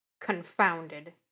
confounded